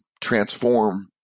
transform